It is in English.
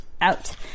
out